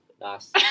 nice